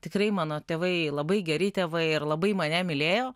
tikrai mano tėvai labai geri tėvai ir labai mane mylėjo